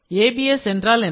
ABS என்றால் என்ன